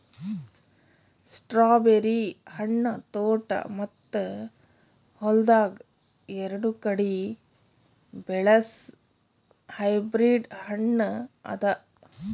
strawberry ಹಣ್ಣ ತೋಟ ಮತ್ತ ಹೊಲ್ದಾಗ್ ಎರಡು ಕಡಿ ಬೆಳಸ್ ಹೈಬ್ರಿಡ್ ಹಣ್ಣ ಅದಾ